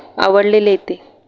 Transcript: आवडलेले ते